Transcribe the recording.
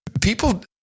people